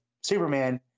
Superman